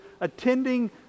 attending